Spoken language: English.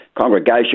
congregation